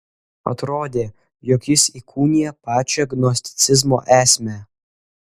atrodė jog jis įkūnija pačią gnosticizmo esmę